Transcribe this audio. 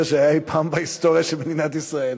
שהיה אי-פעם בהיסטוריה של מדינת ישראל.